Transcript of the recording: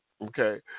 okay